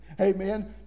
Amen